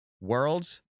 worlds